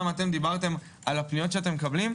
אתם דיברתם על הפניות שאתם מקבלים.